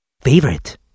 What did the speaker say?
favorite